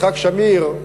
יצחק שמיר,